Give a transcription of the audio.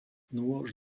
nôž